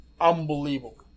unbelievable